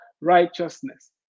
righteousness